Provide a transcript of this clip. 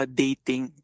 dating